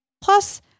Plus